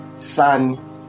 sun